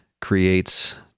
creates